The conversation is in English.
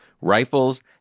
rifles